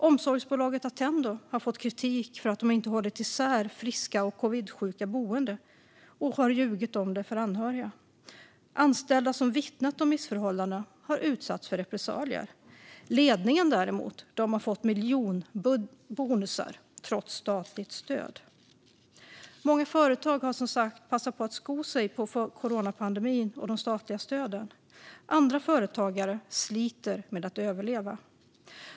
Omsorgsbolaget Attendo har fått kritik för att de inte hållit isär friska och covidsjuka boende och har ljugit om det för anhöriga. Anställda som vittnat om missförhållandena har utsatts för repressalier. Ledningen har däremot fått miljonbonusar trots statligt stöd. Många företag har som sagt passat på att sko sig på coronapandemin och de statliga stöden. Andra företagare sliter med att överleva.